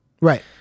Right